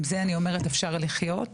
את זה אני אומרת אפשר לחיות,